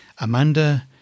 Amanda